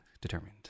determined